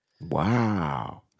Wow